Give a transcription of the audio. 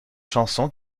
chanson